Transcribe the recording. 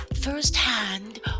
firsthand